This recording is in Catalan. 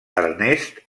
ernest